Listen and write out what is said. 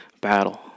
battle